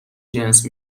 جنس